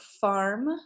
farm